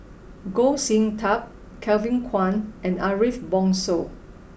Goh Sin Tub Kevin Kwan and Ariff Bongso